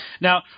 Now